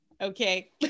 Okay